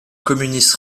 communiste